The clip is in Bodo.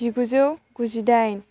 जिगुजौ गुजिदाइन